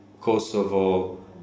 Kosovo